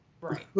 right